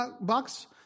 box